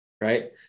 Right